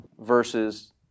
versus